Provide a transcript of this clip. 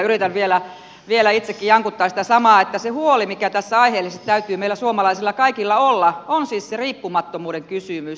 yritän vielä itsekin jankuttaa sitä samaa että se huoli mikä tässä aiheellisesti täytyy meillä suomalaisilla kaikilla olla on siis se riippumattomuuden kysymys